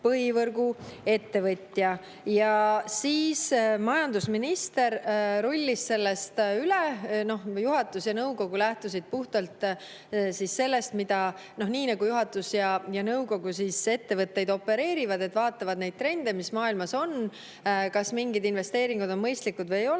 põhivõrgu ettevõtja ja siis majandusminister rullis sellest üle. Juhatus ja nõukogu lähtusid puhtalt sellest, nii nagu juhatus ja nõukogu ettevõtteid opereerivad, et vaatavad neid trende, mis maailmas on, kas mingid investeeringud on mõistlikud või ei ole,